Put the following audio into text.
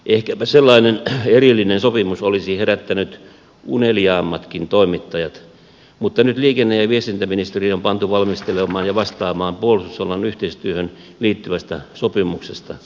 ehkäpä sellainen erillinen sopimus olisi herättänyt uneliaammatkin toimittajat mutta nyt liikenne ja viestintäministeriö on pantu valmistelemaan ja vastaamaan puolustusalan yhteistyöhön liittyvästä sopimuksesta